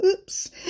oops